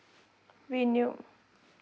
renew